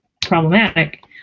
problematic